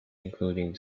including